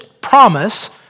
promise